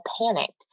panicked